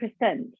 percent